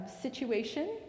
situation